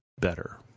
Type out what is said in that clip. better